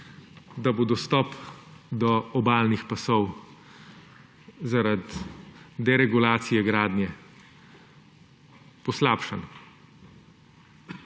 da bo dostop do obalnih pasov zaradi deregulacije gradnje poslabšan.